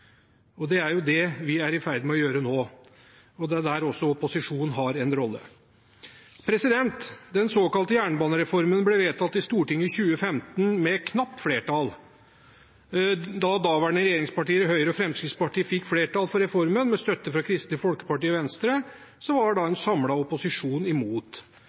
Det er jo det vi er i ferd med å gjøre nå, og det er også her opposisjonen har en rolle. Den såkalte jernbanereformen ble vedtatt i Stortinget i 2015 med knapt flertall. Da daværende regjeringspartier, Høyre og Fremskrittspartiet, fikk flertall for reformen, med støtte fra Kristelig Folkeparti og Venstre, var en samlet opposisjon imot.